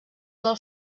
del